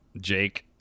Jake